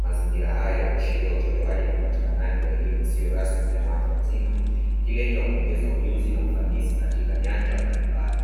Mazingira haya huashiria utolewaji na upatikanaji wa elimu isiyo rasmi na ya watu wazima ikilenga kuongeza ujuzi na ufanisi katika nyanja mbalimbali.